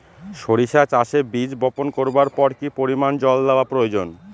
সরিষা চাষে বীজ বপন করবার পর কি পরিমাণ জল দেওয়া প্রয়োজন?